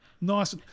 Nice